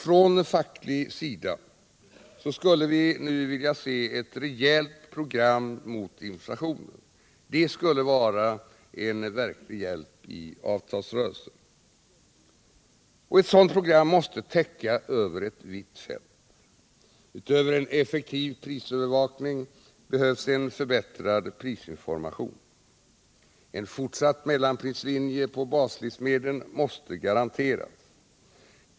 Från facklig sida skulle vi vilja se ett rejält program mot inflationen. Det skulle vara en verklig hjälp i avtalsrörelsen. Ett sådant program måste täcka över ett vitt fält: Utöver en effektiv prisövervakning behövs en förbättrad prisinformation. En fortsatt mellanprislinje på baslivsmedlen måste garanteras.